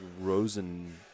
Rosen